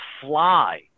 fly